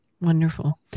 Wonderful